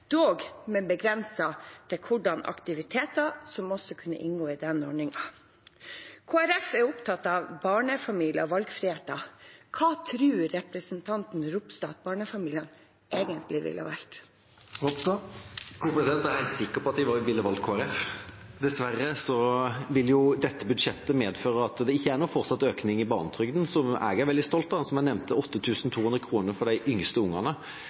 dog med en begrensning i hvilke aktiviteter som kunne inngå i den ordningen. Kristelig Folkeparti er opptatt av barnefamilier og valgfriheten. Hva tror representanten Ropstad barnefamiliene egentlig ville ha valgt? Jeg er helt sikker på at de ville ha valgt Kristelig Folkeparti. Dessverre vil dette budsjettet medføre at det ikke er noen fortsatt økning i barnetrygden, som jeg er veldig stolt av, og som jeg nevnte: 8 200 kr for de yngste ungene.